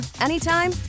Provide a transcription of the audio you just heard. anytime